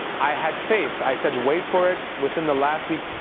i had faith. i said wait for it. within the last week,